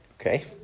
Okay